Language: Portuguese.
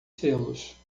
selos